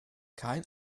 kein